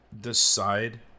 decide